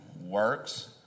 works